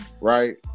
right